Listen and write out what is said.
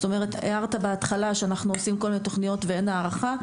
הערת בהתחלה שאנחנו עושים כל מיני תוכניות ואין הערכה,